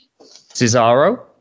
Cesaro